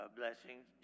blessings